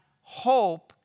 hope